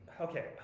okay